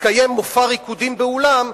מתקיים מופע ריקודים באולם,